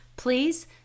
Please